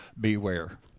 beware